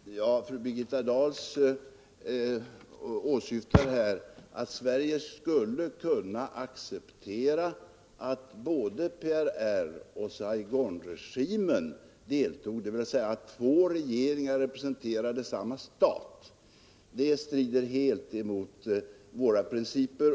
Herr talman! Fru Birgitta Dahl anser tydligen att Sverige skulle kunna acceptera att både PRR och Saigonregimen deltog, dvs. att två regeringar representerade samma stat. Det strider helt mot våra principer.